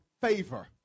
favor